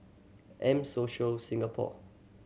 M Social Singapore